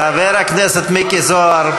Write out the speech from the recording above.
חבר הכנסת מיקי זוהר.